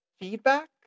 feedback